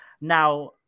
Now